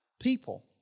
people